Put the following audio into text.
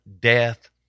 death